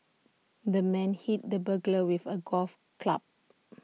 the man hit the burglar with A golf club